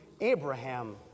Abraham